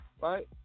right